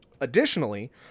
Additionally